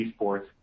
eSports